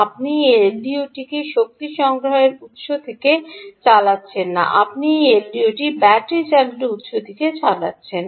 আপনি এই এলডিওটিকে শক্তি সংগ্রহের উত্স থেকে চালাচ্ছেন না আপনি এই এলডিওটি ব্যাটারি চালিত উত্স থেকে চালাচ্ছেন না